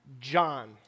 John